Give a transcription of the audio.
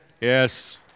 yes